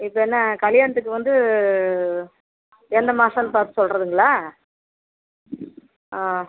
இப்போ என்ன கல்யாணத்துக்கு வந்து எந்த மாசன்னு பார்த்து சொல்றதுங்களா ஆ